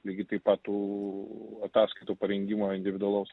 lygiai taip pat tų ataskaitų parengimo individualaus